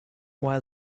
while